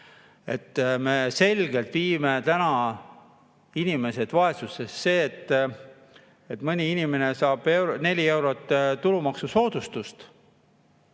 Me selgelt viime inimesed vaesusesse. Mõni inimene saab 4 eurot tulumaksusoodustust